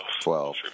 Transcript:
Twelve